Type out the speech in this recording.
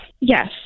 yes